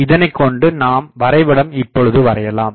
இதனை கொண்டு நாம் வரைபடம் இப்பொழுது வரையலாம்